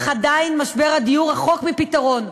אך עדיין משבר הדיור רחוק מפתרון.